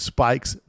Spike's